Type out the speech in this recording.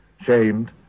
shamed